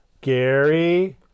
Gary